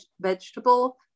vegetable